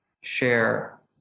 share